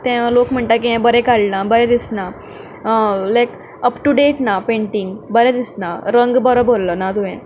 लोक म्हणटा की हें बरें काडला बरें दिसना लायक अपटुडेट ना पेंटींग बरें दिसना रंग बरो भरल्लो ना तुवें